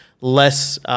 less